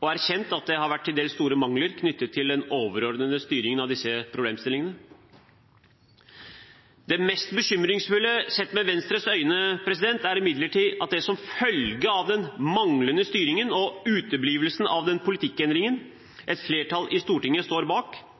og erkjent at det har vært til dels store mangler knyttet til den overordnede styringen av disse problemstillingene. Det mest bekymringsfulle sett med Venstres øyne er imidlertid at det som følge av den manglende styringen og uteblivelsen av den politikkendringen et flertall i Stortinget står bak,